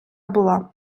була